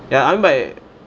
ya I mean but